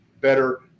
better